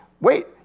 Wait